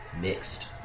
mixed